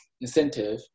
incentive